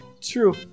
True